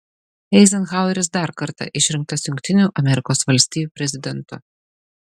eizenhaueris dar kartą išrinktas jungtinių amerikos valstijų prezidentu